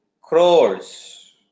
crores